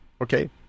Okay